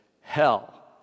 hell